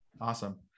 Awesome